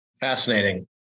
Fascinating